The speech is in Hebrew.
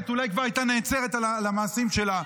אולי כבר הייתה נעצרת על המעשים שלה.